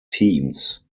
teams